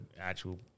actual